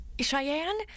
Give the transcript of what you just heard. Cheyenne